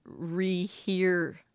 rehear